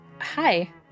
hi